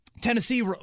Tennessee